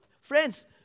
Friends